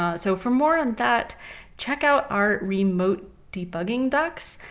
ah so for more on that checkout our remote debugging ducks.